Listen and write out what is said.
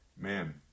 Man